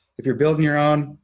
if you're building your own,